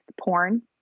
porn